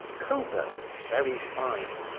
cockburn's very fine,